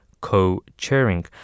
co-chairing